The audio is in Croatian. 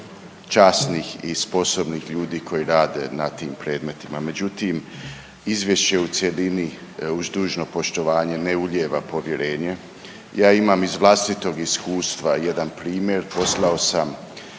časnih i sposobnih ljudi koji rade na tim predmetima, međutim izvješće u cjelini uz dužno poštovanje ne ulijeva povjerenje. Ja imam iz vlastitog iskustva jedan primjer, poslao sam